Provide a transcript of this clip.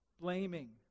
Blaming